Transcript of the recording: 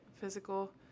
physical